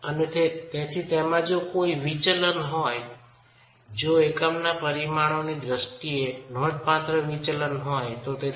અને તેથી જો કોઈ વિચલન હોય જો એકમના પરિમાણોની દ્રષ્ટિએ નોંધપાત્ર વિચલન હોય તો તે 2